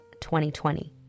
2020